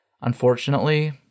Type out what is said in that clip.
Unfortunately